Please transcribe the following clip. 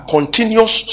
Continuous